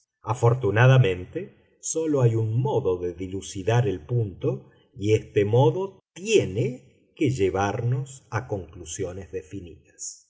afortunadamente sólo hay un modo de dilucidar el punto y este modo tiene que llevarnos a conclusiones definidas